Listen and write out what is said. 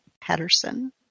Patterson